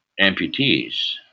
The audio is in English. amputees